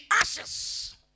ashes